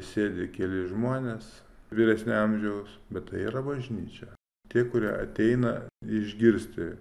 sėdi keli žmonės vyresnio amžiaus bet tai yra bažnyčia tie kurie ateina išgirsti